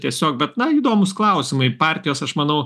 tiesiog bet na įdomūs klausimai partijos aš manau